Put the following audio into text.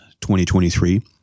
2023